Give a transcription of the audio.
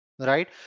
right